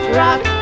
rock